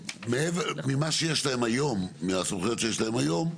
מעבר, ממה שיש להם היום, מהסמכויות שיש להם היום,